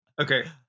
Okay